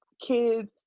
kids